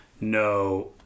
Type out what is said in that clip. no